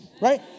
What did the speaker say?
Right